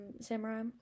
samurai